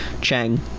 Chang